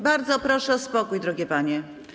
Bardzo proszę o spokój, drogie panie.